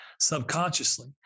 subconsciously